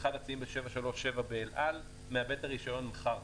באחד הציים של 737 באל על מאבד את הרישיון מחר.